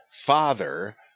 Father